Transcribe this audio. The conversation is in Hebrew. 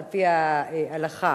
על-פי ההלכה.